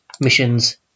missions